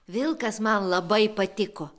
vilkas man labai patiko